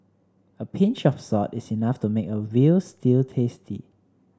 a pinch of salt is enough to make a veal stew tasty